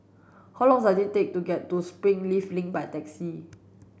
how long does it take to get to Springleaf Link by taxi